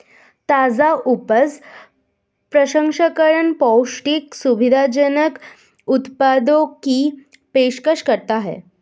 ताजा उपज प्रसंस्करण पौष्टिक, सुविधाजनक उत्पादों की पेशकश करता है